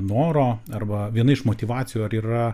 noro arba viena iš motyvacijų ar yra